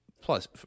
plus –